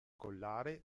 collare